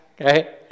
Okay